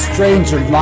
stranger